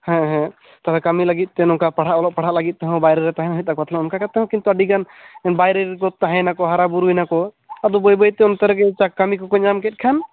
ᱦᱮᱸ ᱦᱮᱸ ᱛᱟᱦᱚᱞᱮ ᱠᱟᱹᱢᱤ ᱞᱟᱹᱜᱤᱫ ᱛᱮ ᱱᱚᱝᱠᱟ ᱯᱟᱲᱦᱟᱜ ᱚᱞᱚᱜ ᱯᱟᱲᱦᱟᱜ ᱞᱟᱹᱜᱤᱫ ᱛᱮᱦᱚᱸ ᱵᱟᱭᱨᱮ ᱨᱮ ᱛᱟᱦᱮᱱ ᱦᱩᱭᱩᱜ ᱛᱟᱠᱚᱣᱟ ᱛᱟᱦᱚᱞᱮ ᱚᱱᱠᱟ ᱠᱟᱛᱮᱫ ᱦᱚᱸ ᱠᱤᱱᱛᱩ ᱟᱹᱰᱤ ᱜᱟᱱ ᱵᱟᱭᱨᱮ ᱨᱮᱠᱚ ᱛᱟᱦᱮᱸᱱᱟᱠᱚ ᱦᱟᱨᱟ ᱵᱩᱨᱩᱭᱮᱱᱟ ᱠᱚ ᱟᱫᱚ ᱵᱟᱹᱭ ᱵᱟᱹᱭ ᱛᱮ ᱚᱱᱛᱮ ᱨᱮᱜᱮ ᱠᱟᱹᱢᱤ ᱠᱚ ᱠᱚ ᱧᱟᱢ ᱠᱮᱫ ᱠᱷᱟᱱ